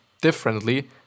differently